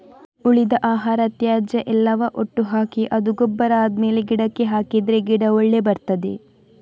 ಉಳಿದ ಆಹಾರ, ತ್ಯಾಜ್ಯ ಎಲ್ಲವ ಒಟ್ಟು ಹಾಕಿ ಅದು ಗೊಬ್ಬರ ಆದ್ಮೇಲೆ ಗಿಡಕ್ಕೆ ಹಾಕಿದ್ರೆ ಗಿಡ ಒಳ್ಳೆ ಬರ್ತದೆ